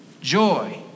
joy